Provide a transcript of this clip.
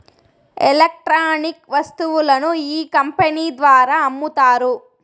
electronic వస్తువులను ఈ company ద్వారా అమ్ముతారు